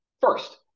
First